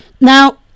Now